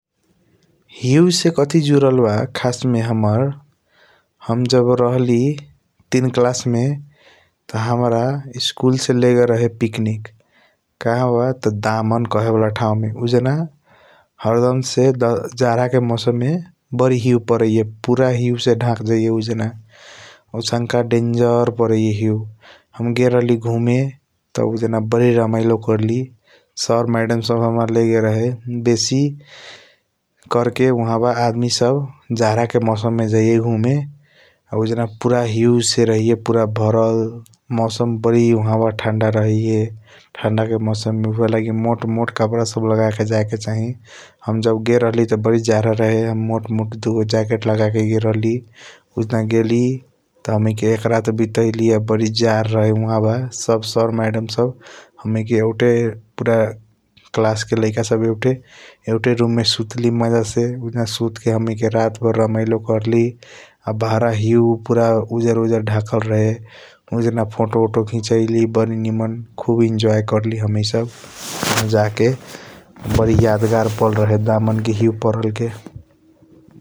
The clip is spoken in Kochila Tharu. हिउ से कथि जुडल बा खासमे हमर हम जब रहली तीन कलाश्मे त् हमरा स्कूल से लेगेल रहे । पिकनिक कहावा त् दामन कहेवाला ठाऊमे ओजना हरदमसे जाधा मौसम बारी हिउ परिवे पुरा हिउ से । धाक जैये ऊजना औसंका डंजर हिउ परिए त् हम गेल रहली घुमे बडी रमाइलो करली सर मेडम सब हमर लेगेलरहे बेसी । करके वहा आदमी सब जाधाके मौसममे जैये घुमे ऊजेना पुरा हिउसे पुरा भरल मौसम वहा बडी ठण्डा रहिये ठण्डाके मौसम । ऊहेला मोट्मोट कपाडा सब लगाके जायेके चाही हम जब गेल रहली बडी जडा रहे हम मोट्मोट दुगो जाकेट लगाके गेल रहली। ऒजिङ्ग गेली त् हमनिके एक रात बीतैली बडी जाढ़रहे ऊह्बा सब सर मेडम सब हमनिके एउते पुरा कलासके लैकासब एउते रूममे । सुतली मजासे ऒजिङ्ग सुत्के रातभर रमाइलो करली आ बाहर हिउ पूरा उजरउजर धाकल रहे ऒजिङ्ग फोटोवटो घीचैली बडी निम्न। खुब ईनजोय करली हमनिसब जाके बरी य्यादगर पलरहे हिउ परल दामानके ।